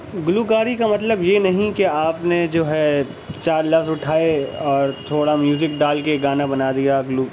گلو کاری کا مطلب یہ نہیں کہ آپ نے جو ہے چار لفظ اٹھائے اور تھوڑا میوزک ڈال کے گانا بنا دیا گلو